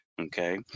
okay